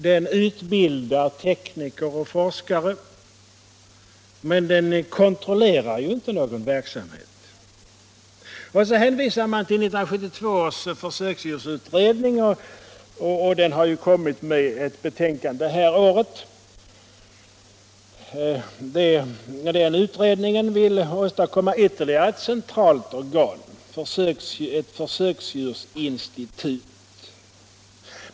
Den utbildar tekniker och forskare, men den kontrollerar inte någon verksamhet. Vidare hänvisar utskottet till 1972 års försöksdjursutredning, som har lagt fram ett betänkande i år. Den utredningen vill åstadkomma ytterligare ett centralt organ, ett försöksdjursinstitut.